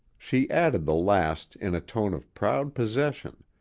she added the last in a tone of proud possession,